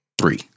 Three